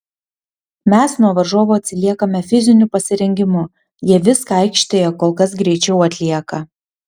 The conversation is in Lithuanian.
mes nuo varžovų atsiliekame fiziniu pasirengimu jie viską aikštėje kol kas greičiau atlieka